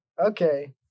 Okay